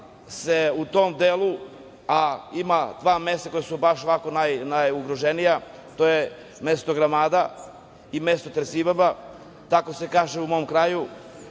se u tom delu, a ima dva mesta koja su ovako najugroženija, to je mesto Gramada i mesto Tresibaba, tako se kaže u mom kraju.